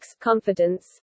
Confidence